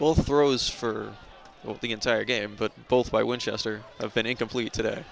well throws for the entire game but both my winchester have been incomplete today